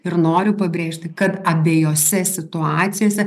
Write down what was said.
ir noriu pabrėžti kad abiejose situacijose